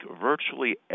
virtually